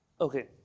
Okay